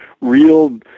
real